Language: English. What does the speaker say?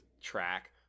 track